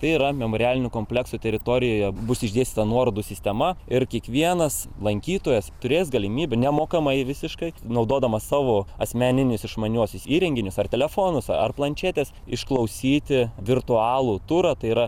tai yra memorialinio komplekso teritorijoje bus išdėstyta nuorodų sistema ir kiekvienas lankytojas turės galimybę nemokamai visiškai naudodamas savo asmeninius išmaniuosius įrenginius ar telefonus ar planšetes išklausyti virtualų turą tai yra